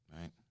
right